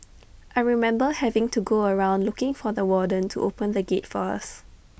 I remember having to go around looking for the warden to open the gate for us